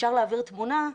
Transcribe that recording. אפשר להעביר תמונה,